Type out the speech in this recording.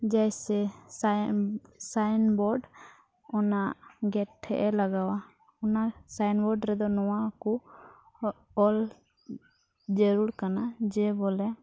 ᱡᱮᱭᱥᱮ sign sign board ᱚᱱᱟ gate ᱴᱷᱮᱡ ᱮ ᱞᱟᱜᱟᱣᱟ ᱚᱱᱟ ᱥᱟᱭᱤᱱ ᱵᱳᱨᱰ ᱨᱮᱫᱚ ᱱᱚᱣᱟ ᱠᱚ ᱚᱞ ᱡᱟᱹᱨᱩᱲ ᱠᱟᱱᱟ ᱡᱮ ᱵᱚᱞᱮ